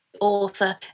author